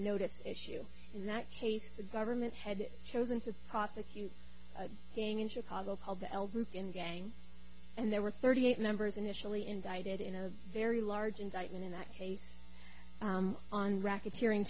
notice issue in that case the government had chosen to prosecute a gang in chicago called the el group and gang and there were thirty eight members initially indicted in a very large indictment in that case on racketeering